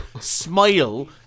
smile